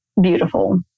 beautiful